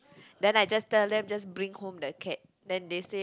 then I just tell them just bring home the cat then they said